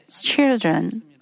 children